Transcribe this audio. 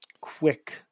quick